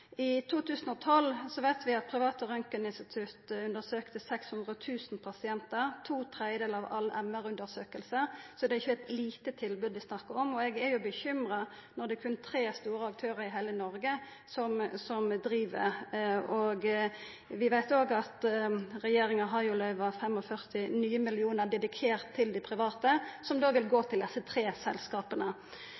veit at i 2012 undersøkte private røntgeninstitutt 600 000 pasientar, to tredjedelar av alle MR-undersøkingar, så det er ikkje eit lite tilbod det er snakk om. Eg er òg bekymra når det berre er tre store aktørar i heile Noreg som driv. Vi veit òg at regjeringa har løyvd 45 nye millionar til det private, som då vil gå